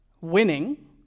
winning